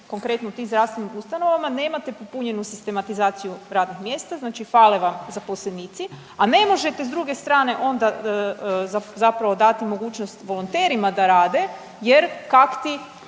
konkretno u tim zdravstvenim ustanovama nemate popunjenu sistematizaciju radnih mjesta znači fale vam zaposlenici, a ne možete s druge strane onda zapravo dati mogućnost volonterima da rade jer kakti